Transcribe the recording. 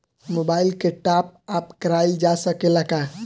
Mobile के top up कराइल जा सकेला का?